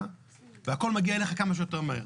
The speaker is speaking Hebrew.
הלוויה והכל מגיע אלייך כמה שיותר מהר,